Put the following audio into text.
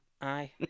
Aye